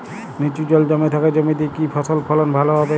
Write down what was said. নিচু জল জমে থাকা জমিতে কি ফসল ফলন ভালো হবে?